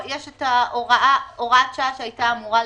הוראת השעה שאמורה לפקוע.